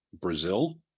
Brazil